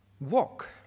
Walk